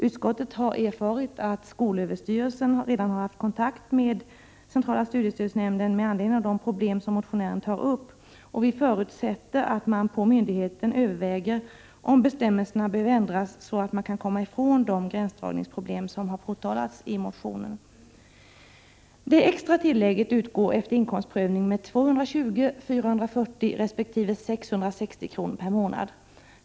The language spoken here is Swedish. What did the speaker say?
Utskottet har erfarit att skolöverstyrelsen redan har haft kontakt med centrala studiestödsnämnden med anledning av de problem som motionären tar upp. Vi förutsätter att myndigheten överväger om bestämmelserna behöver ändras så att man kan komma ifrån de gränsdragningsproblem som påtalas i motionen. Det extra tillägget utgår efter inkomstprövning med 220, 440 resp. 660 kr. per månad.